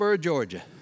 Georgia